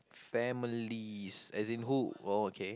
families as in who oh okay